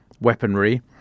weaponry